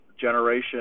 generation